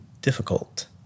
difficult